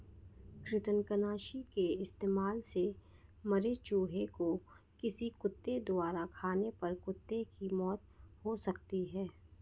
कृतंकनाशी के इस्तेमाल से मरे चूहें को किसी कुत्ते द्वारा खाने पर कुत्ते की मौत हो सकती है